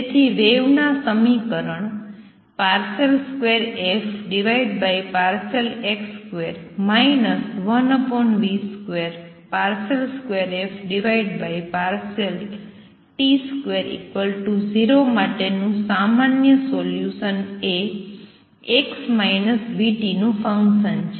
તેથી વેવના સમીકરણ 2fx2 1v22ft20 માટેનું સામાન્ય સોલ્યુસન એ x vt નું ફંક્સન છે